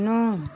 नौ